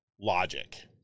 logic